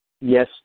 Yes